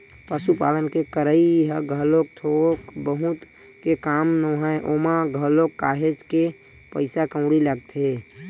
पसुपालन के करई ह घलोक थोक बहुत के काम नोहय ओमा घलोक काहेच के पइसा कउड़ी लगथे